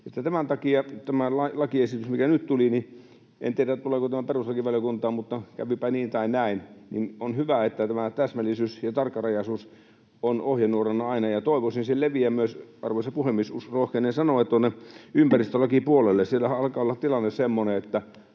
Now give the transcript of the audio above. Tämän takia tämä lakiesitys, mikä nyt tuli... En tiedä, tuleeko tämä perustuslakivaliokuntaan, mutta kävipä niin tai näin, niin on hyvä, että tämä täsmällisyys ja tarkkarajaisuus on ohjenuorana aina. Toivoisin sen leviävän myös, arvoisa puhemies, rohkenen sanoa, tuonne ympäristölakipuolelle. Siellähän alkaa olla tilanne semmoinen, että